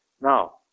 Now